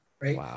right